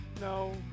No